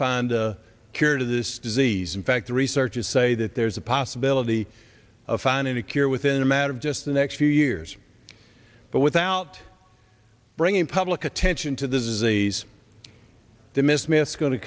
find a cure to this disease in fact the researchers say that there's a possibility of finding a cure within a matter of just the next few years but without bringing public attention to the disease the mismatched going to